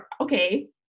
okay